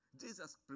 Jesus